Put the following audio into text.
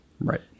Right